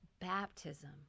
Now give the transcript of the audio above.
baptism